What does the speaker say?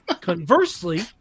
conversely